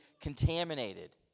contaminated